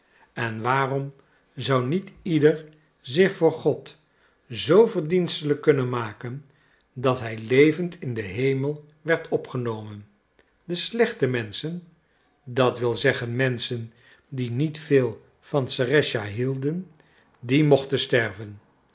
en waarom zou niet ieder zich voor god zoo verdienstelijk kunnen maken dat hij levend in den hemel werd opgenomen de slechte menschen dat wil zeggen menschen die niet veel van serëscha hielden die mochten sterven